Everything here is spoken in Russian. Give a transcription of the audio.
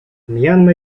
мьянма